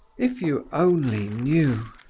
if you only knew